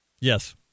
Yes